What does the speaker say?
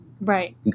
Right